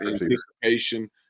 anticipation